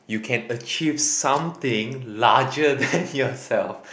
you can achieve something larger than yourself